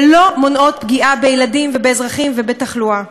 ולא מונעות פגיעה בילדים ובאזרחים ותחלואה.